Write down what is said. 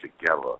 together